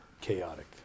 chaotic